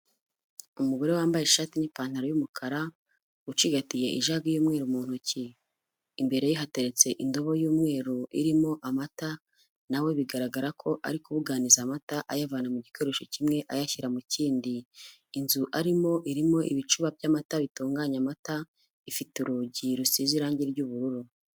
Umugore wambaye ishati n'ipantaro y'umukara ucigatiye ijage y'umweru mu ntoki, imbere ye hateretse indobo y'umweru irimo amata na we bigaragara ko ari kubuganiza amata ayavana mu gikoresho kimwe ayashyira mu kindi, inzu arimo irimo ibicuba by'amata bitunganya amata ifite urugi rusize irange ry'ubururu.